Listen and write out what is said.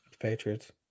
Patriots